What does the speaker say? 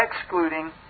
excluding